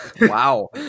Wow